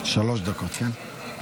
שלוש דקות, כן?